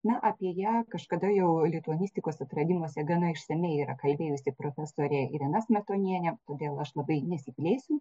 na apie ją kažkada jau lituanistikos atradimuose gana išsamiai yra kalbėjusi profesorė irena smetonienė todėl aš labai nesiplėsiu